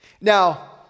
Now